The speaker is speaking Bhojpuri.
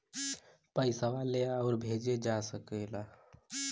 पइसवा ले आउर भेजे जा सकेला